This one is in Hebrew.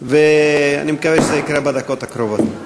אני מקווה שזה יקרה בדקות הקרובות.